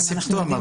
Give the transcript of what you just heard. זה הסימפטום.